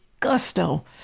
gusto